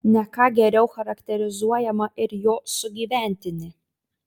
ne ką geriau charakterizuojama ir jo sugyventinė